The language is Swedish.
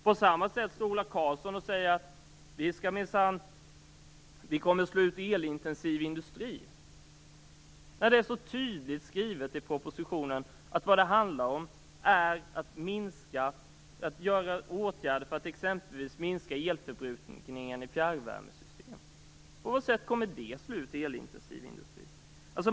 På samma sätt säger Ola Karlsson att vi kommer att slå ut elintensiv industri. Det står tydligt skrivet i propositionen att det handlar om att vidta åtgärder för att t.ex. minska elförbrukningen i fjärrvärmesystem. På vilket sätt kommer detta att slå ut elintensiv industri?